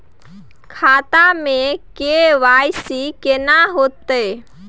खाता में के.वाई.सी केना होतै?